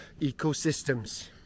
ecosystems